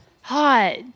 Hot